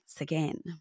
again